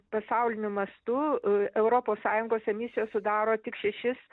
pasauliniu mastu europos sąjungos emisijos sudaro tik šešis